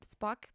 spock